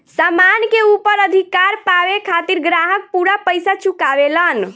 सामान के ऊपर अधिकार पावे खातिर ग्राहक पूरा पइसा चुकावेलन